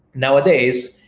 nowadays,